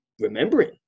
remembering